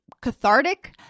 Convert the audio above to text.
cathartic